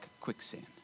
quicksand